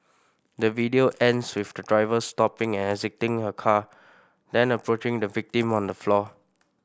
the video ends with the driver stopping and exiting her car then approaching the victim on the floor